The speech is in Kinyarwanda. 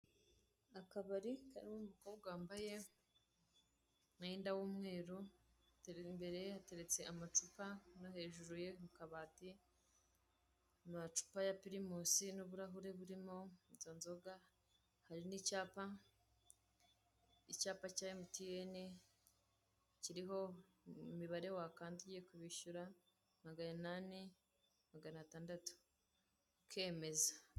Akabari karimo umukobwa wambaye umwenda w' umweru, dore imbere ye hateretse amacupa no hejuru ye mu kabati amacupa ya pirimusi , n'ibirahure birimo izo nzoga, hari ni icyapa cya mtn kiriho imibare wakanda ugiye kubishyura maganinani, maganatandatu ,ukemeza.